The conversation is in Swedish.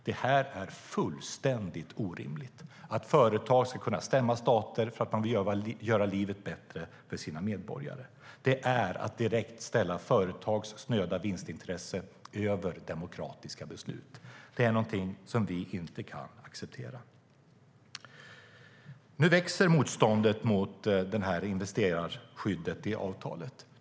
Det är fullständigt orimligt att företag ska kunna stämma stater för att man vill göra livet bättre för sina medborgare. Det är att direkt ställa företags snöda vinstintressen över demokratiska beslut. Det är någonting som vi inte kan acceptera. Nu växer motståndet mot investerarskyddet i avtalet.